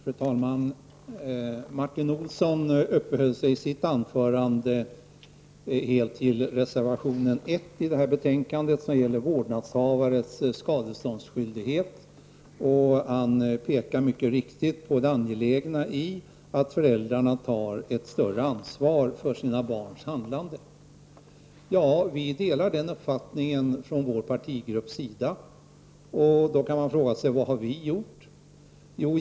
Fru talman! Martin Olsson uppehöll sig i sitt anförande hela tiden vid reservationen i detta betänkande som gäller vårdnadshavarens skadeståndsskyldighet. Han påpekade mycket riktigt det angelägna i att föräldrarna tar ett större ansvar för sina barns handlande. Vi delar den uppfattningen från vår partigrupps sida. Då kan man fråga sig vad vi har gjort.